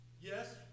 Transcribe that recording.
Yes